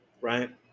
right